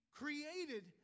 created